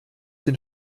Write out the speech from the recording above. den